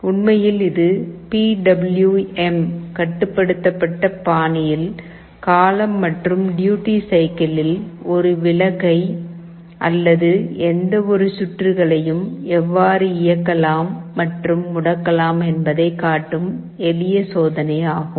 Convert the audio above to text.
உண்மையில் இது P W M கட்டுப்படுத்தப்பட்ட பாணியில் காலம் மற்றும் டியூட்டி சைக்கிளில் ஒரு விளக்கை அல்லது எந்தவொரு சுற்றுகளையும் எவ்வாறு இயக்கலாம் மற்றும் முடக்கலாம் என்பதைக் காட்டும் எளிய சோதனை ஆகும்